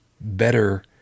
better